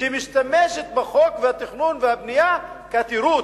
שמשתמשת בחוק התכנון והבנייה כתירוץ,